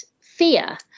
fear